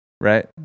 right